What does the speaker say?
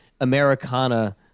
Americana